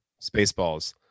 Spaceballs